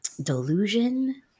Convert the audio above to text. delusion